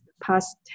past